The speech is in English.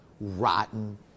rotten